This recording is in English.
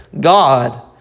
god